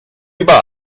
über